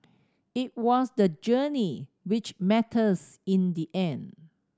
it was the journey which matters in the end